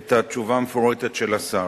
את התשובה המפורטת של השר: